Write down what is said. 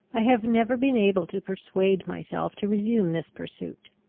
i have never been able to persuade myself to resume this pursuit.